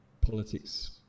Politics